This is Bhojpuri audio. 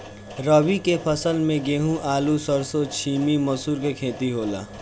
रबी के फसल में गेंहू, आलू, सरसों, छीमी, मसूर के खेती होला